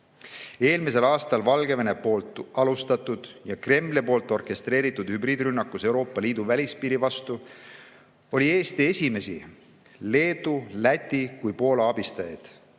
Eelmisel aastal Valgevene alustatud ja Kremli orkestreeritud hübriidrünnakus Euroopa Liidu välispiiri vastu oli Eesti esimesi Leedu, Läti ja Poola abistajaid.